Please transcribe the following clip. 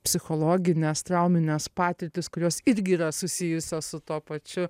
psichologines traumines patirtis kurios irgi yra susijusios su tuo pačiu